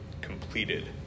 completed